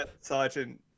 Sergeant